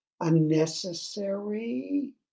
unnecessary